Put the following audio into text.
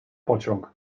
pociąg